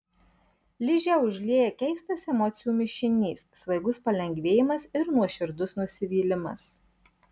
ližę užlieja keistas emocijų mišinys svaigus palengvėjimas ir nuoširdus nusivylimas